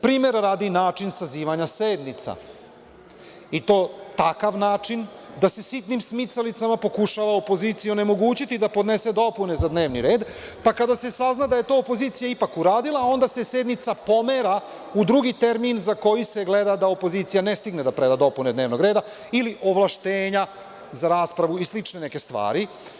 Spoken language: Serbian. Primera radi, način sazivanja sednica, i to takav način da se sitnim smicalicama pokušava opozicija onemogućiti da podnese dopune za dnevni red, pa kada se sazna da je to opozicija ipak uradila, onda se sednica pomera u drugi termin za koji se gleda da opozicija ne stigne da preda dopune dnevnog reda ili ovlašćenja za raspravu i slične neke stvari.